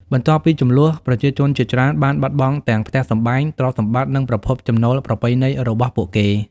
បន្ទាប់ពីជម្លោះ ប្រជាជនជាច្រើនបានបាត់បង់ទាំងផ្ទះសម្បែង ទ្រព្យសម្បត្តិ និងប្រភពចំណូលប្រពៃណីរបស់ពួកគេ។